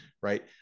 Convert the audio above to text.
right